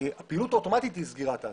הפעילות האוטומטית היא סגירה האסדה.